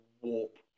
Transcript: warp